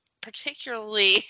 particularly